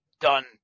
done